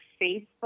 Facebook